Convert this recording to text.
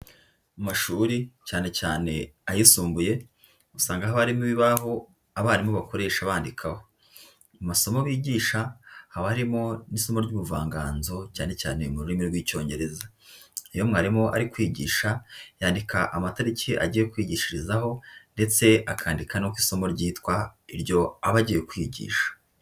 Mu mashuri cyane cyane ayisumbuye, usanga haba harimo ibibaho abarimu bakoresha bandikaho. Mu masomo bigisha haba harimo n'isomo ry'ubuvanganzo cyane cyane mu rurimi rw'Icyongereza. Iyo mwarimu ari kwigisha yandika amatariki agiye kwigishirizaho ndetse akandika no ku isomo ryitwa iryo aba agiye kwigisha.